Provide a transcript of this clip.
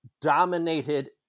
dominated